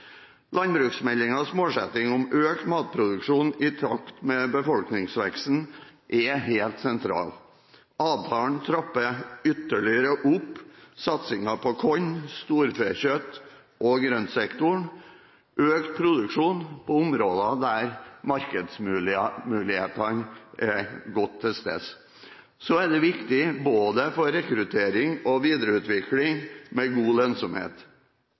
Landbruksmeldingens målsetting om økt matproduksjon i takt med befolkningsveksten er helt sentral. Avtalen trapper ytterligere opp satsingen på korn, storfekjøtt og grøntsektoren, og det blir økt produksjon på områder der markedsmulighetene er gode. Så er det viktig med god lønnsomhet, av hensyn til både rekruttering og videreutvikling.